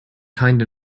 kind